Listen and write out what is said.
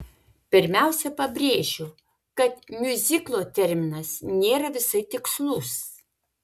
pirmiausia pabrėžiu kad miuziklo terminas nėra visai tikslus